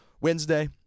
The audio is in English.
Wednesday